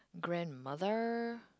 grandmother